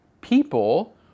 people